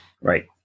Right